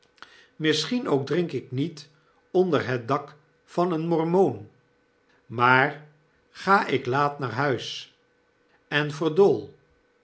misschien ook drink ik niet onder het dak van een mormoon maar ik ga laat naar huis en verdool